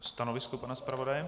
Stanovisko, pane zpravodaji?